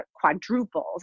quadruples